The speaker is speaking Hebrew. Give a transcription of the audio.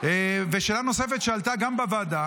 ושאלה נוספת שעלתה גם בוועדה,